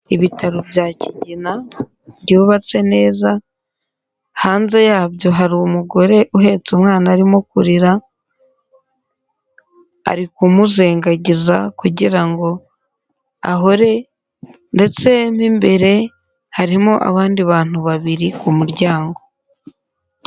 Ibtaro bya Kigina byubatse neza, hanze yabyo hari umugore uhetse umwana arimo kurira, ari kumuzengagiza kugira ngo ahore ndetse mo imbere harimo abandi bantu babiri ku muryango.